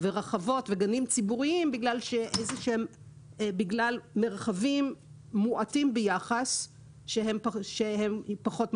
רחבות וגנים ציבוריים בגלל מרחבים מועטים ביחס שהם פחות מוגדרים.